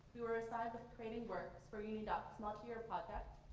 we were assigned with creating works for uniondocs multi-year project,